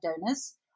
donors